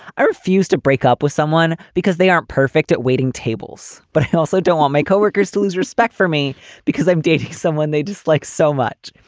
i refuse to break up with someone because they aren't perfect at waiting tables. but i also don't want my co-workers to lose respect for me because i'm dating someone they dislike so much.